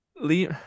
Lee